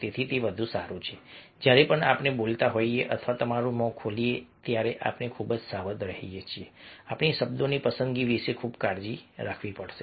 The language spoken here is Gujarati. તેથી તે વધુ સારું છે કે જ્યારે પણ આપણે બોલતા હોઈએ અથવા તમારું મોં ખોલીએ ત્યારે આપણે ખૂબ જ સાવધ રહીએ આપણી શબ્દોની પસંદગી વિશે ખૂબ કાળજી રાખીએ